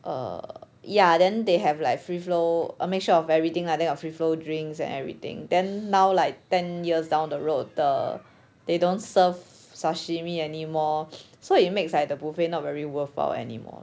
err ya then they have like free flow a mixture of everything lah then err free flow drinks and everything then now like ten years down the road the they don't serve sashimi anymore so it makes like the buffet not very worthwhile anymore